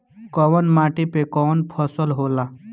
कवन माटी में कवन फसल हो ला?